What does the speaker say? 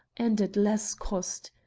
and at less cost.